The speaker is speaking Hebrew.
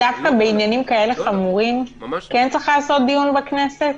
ולמה דווקא בעניינים כאלה חמורים כן צריך לעשות דיון בכנסת?